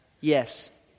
yes